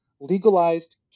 legalized